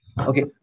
okay